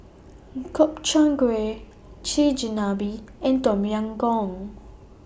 Gobchang Gui Chigenabe and Tom Yam Goong